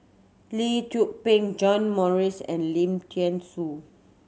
Lee Tzu Pheng John Morrice and Lim Thean Soo